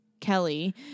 kelly